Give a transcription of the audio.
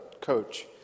coach